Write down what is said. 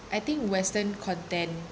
I think western content